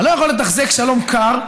אתה לא יכול לתחזק שלום קר,